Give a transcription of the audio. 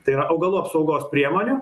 tai yra augalų apsaugos priemonių